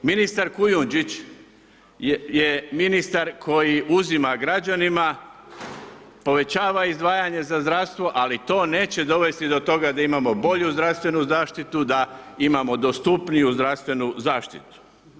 Ministar Kujundžić je ministar koji uzima građanima, povećava izdvajanje za zdravstvo ali to neće dovesti do toga da imamo bolju zdravstvenu zaštitu, da imamo dostupniju zdravstvenu zaštitu.